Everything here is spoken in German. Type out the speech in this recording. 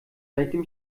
seitdem